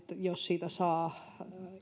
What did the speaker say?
jos siitä saa